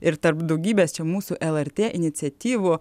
ir tarp daugybės čia mūsų lrt iniciatyvų